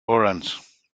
orange